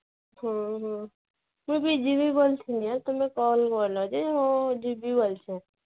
ହଁ ହଁ ମୁଁ ବି ଯିବି ବୋଲ୍ ଥିଲି ତମେ କଲ୍ କଲ ଯେ ହଁ ଯିବି ବୋଲ୍ଛେ